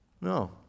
No